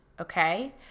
okay